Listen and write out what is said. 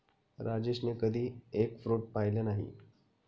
राजेशने कधी egg fruit पाहिलं नाही